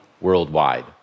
worldwide